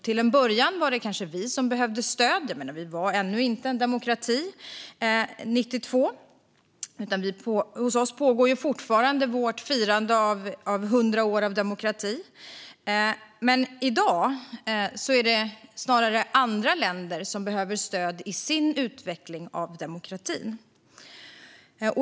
Till en början var det kanske vi som behövde stöd; Sverige var ännu inte en demokrati 1892. Vårt firande av 100 år av demokrati pågår ju fortfarande. I dag är det snarare andra länder som behöver stöd i sin utveckling av demokratin.